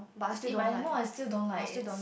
steam I don't know I still don't like it